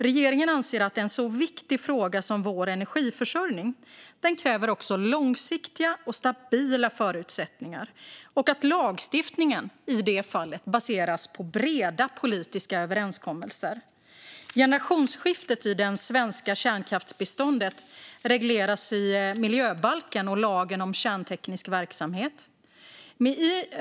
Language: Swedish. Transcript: Regeringen anser att en så viktig fråga som vår energiförsörjning kräver långsiktiga och stabila förutsättningar och att lagstiftningen i detta fall baseras på breda politiska överenskommelser. Generationsskiftet i det svenska kärnkraftsbeståndet regleras i miljöbalken och lagen om kärnteknisk verksamhet.